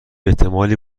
احتمالی